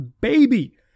baby